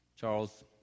Charles